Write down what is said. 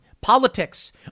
politics